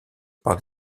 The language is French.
par